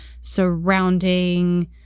surrounding